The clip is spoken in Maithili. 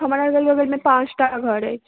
हमरा अगल बगलमे पाँच टा घर अछि